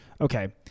Okay